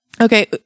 okay